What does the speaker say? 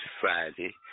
Friday